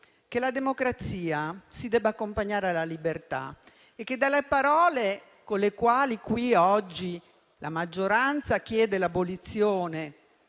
la democrazia si deve accompagnare alla libertà; dalle parole con le quali qui oggi la maggioranza chiede l'abolizione